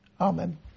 Amen